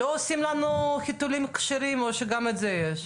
לא עושים לנו חיתולים כשרים או שגם זה יש?